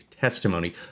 testimony